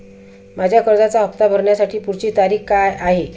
माझ्या कर्जाचा हफ्ता भरण्याची पुढची तारीख काय आहे?